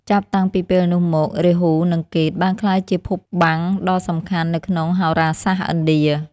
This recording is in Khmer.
ចាប់តាំងពីពេលនោះមក រាហូ និងកេតុបានក្លាយជាភពបាំងដ៏សំខាន់នៅក្នុងហោរាសាស្ត្រឥណ្ឌា។